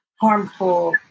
harmful